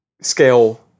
scale